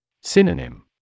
Synonym